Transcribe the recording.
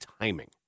timing